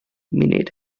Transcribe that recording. munud